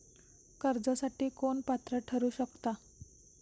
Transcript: कर्जासाठी कोण पात्र ठरु शकता?